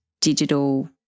digital